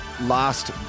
last